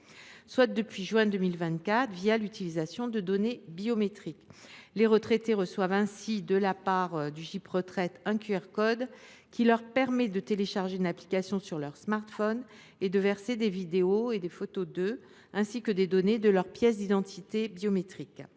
depuis juin 2024, par l’utilisation de données biométriques : les retraités reçoivent, de la part du GIP Union Retraite, un QR code qui leur permet de télécharger une application sur leur smartphone et d’y verser des vidéos et des photos d’eux, ainsi que des données de leurs pièces d’identité biométriques.